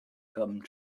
come